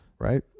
Right